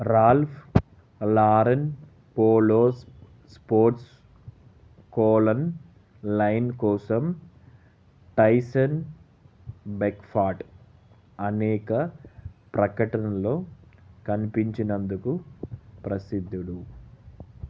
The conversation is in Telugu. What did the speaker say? Ralph Lauren Polo Sports cologne line కోసం టైసన్ బెక్ఫోర్డ్ అనేక ప్రకటనల్లో కనిపించినందుకు ప్రసిద్ధుడు